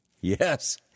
Yes